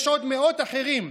יש עוד מאות אחרים.